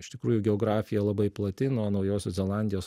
iš tikrųjų geografija labai plati nuo naujosios zelandijos